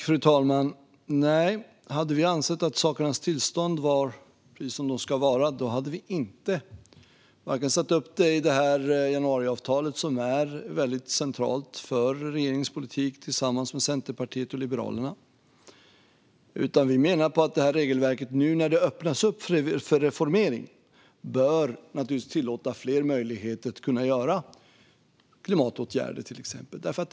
Fru talman! Nej, hade vi ansett att sakernas tillstånd var precis som de ska vara hade vi inte tagit upp detta i januariavtalet tillsammans med Centerpartiet och Liberalerna som är mycket centralt för regeringens politik. Vi menar att detta regelverk, nu när det öppnas upp för reformering, naturligtvis bör tillåta fler möjligheter att vidta till exempel klimatåtgärder.